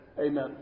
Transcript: Amen